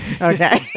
Okay